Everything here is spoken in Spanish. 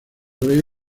rey